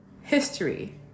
history